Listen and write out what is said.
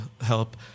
help